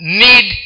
need